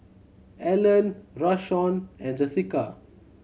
Allan Rashawn and Jesica